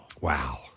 Wow